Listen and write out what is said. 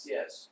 Yes